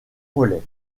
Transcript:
relais